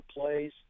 plays